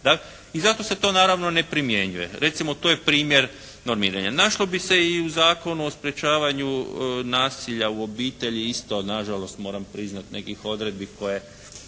I zato se to naravno ne primjenjuje. Recimo, to je primjer normiranja. Našlo bi se i u Zakonu o sprječavanju nasilja u obitelji isto. Nažalost moram priznati ima nekih odredbi koje